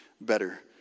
better